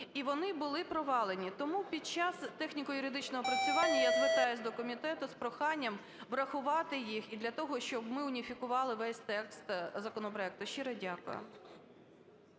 і вона були провалені. Тому під час техніко-юридичного опрацювання, я звертаюсь до комітету з проханням, врахувати їх і для того, щоб ми уніфікували весь текст законопроекту. Щиро дякую.